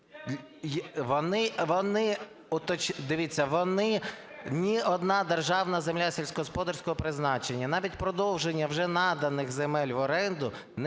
Вони… Дивіться, вони… Ні одна державна земля сільськогосподарського призначення, навіть продовження вже наданих земель в оренду,